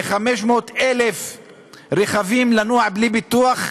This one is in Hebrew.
ל-500,000 כלי רכב לנוע בלי ביטוח.